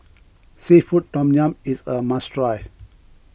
Seafood Tom Yum is a must try